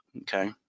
okay